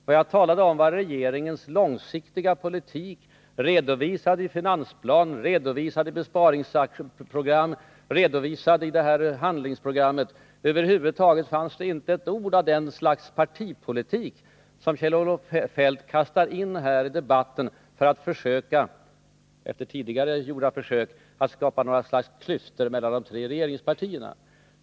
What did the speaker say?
Vad jag talade om var regeringens långsiktiga politik, redovisad i finansplanen, i besparingsprogram och i handlingsprogrammet. Det fanns över huvud taget inte ett ord av det slags partipolitik som Kjell-Olof Feldt kastar in här i debatten för att försöka — sedan han också tidigare gjort det — att skapa klyftor mellan de tre regeringspartierna.